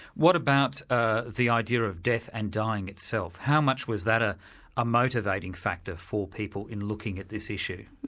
what about ah the idea of death and dying itself? how much was that a ah motivating factor for people in looking at this issue?